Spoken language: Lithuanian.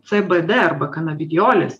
cbd arba kanabidiolis